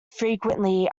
frequently